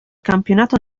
campionato